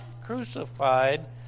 crucified